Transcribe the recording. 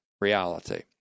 reality